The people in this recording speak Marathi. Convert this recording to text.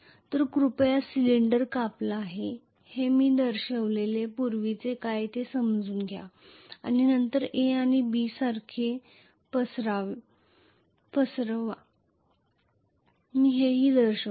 तर कृपया सिलिंडर कापला आहे हे मी पूर्वीचे दर्शविलेले काय ते समजून घ्या आणि नंतर A आणि B सारखे पसरवा मी हे येथे दर्शवितो